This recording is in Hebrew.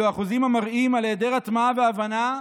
אלו אחוזים המראים היעדר הטמעה והבנה,